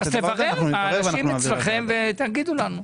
תברר עם האנשים אצלכם ותגידו לנו.